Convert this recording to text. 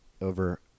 over